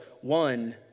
one